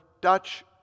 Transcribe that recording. Dutch